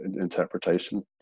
interpretation